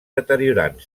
deteriorant